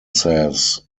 says